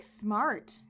smart